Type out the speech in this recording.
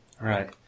Right